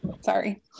sorry